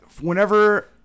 whenever